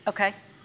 Okay